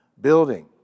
building